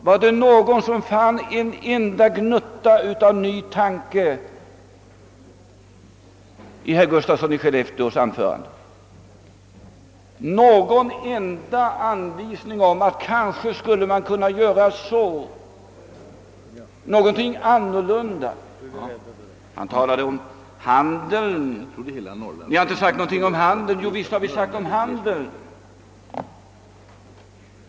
Var det någon som fann en enda gnutta av nytänkande, någon enda anvisning om hur man skulle kunna angripa problemet på ett nytt sätt i herr Gustafssons i Skellefteå anförande? Han sade att vi inte behandlat frågan om handeln. Jo, visst har vi det.